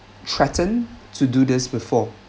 threatened to do this before